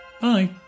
Bye